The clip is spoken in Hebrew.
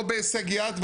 לא בהישג יד,